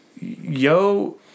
Yo